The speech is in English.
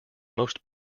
most